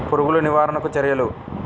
పురుగులు నివారణకు చర్యలు?